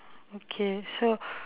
okay so